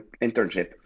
internship